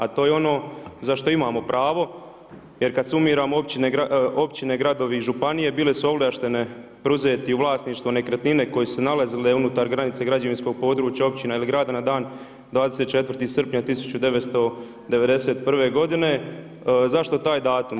A to je ono za što imamo pravo, jer kad sumiramo, općine, gradovi i županije, bile su ovlaštene preuzeti vlasništvo nekretnine, koje su se nalazile unutar granica građevinskih područja općine ili grada na dan 24. srpnja 1991. g. Zašto taj datum?